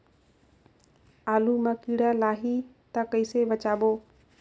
आलू मां कीड़ा लाही ता कइसे बचाबो?